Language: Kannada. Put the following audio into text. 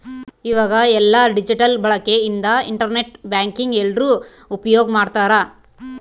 ಈವಾಗ ಎಲ್ಲ ಡಿಜಿಟಲ್ ಬಳಕೆ ಇಂದ ಇಂಟರ್ ನೆಟ್ ಬ್ಯಾಂಕಿಂಗ್ ಎಲ್ರೂ ಉಪ್ಯೋಗ್ ಮಾಡ್ತಾರ